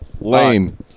Lane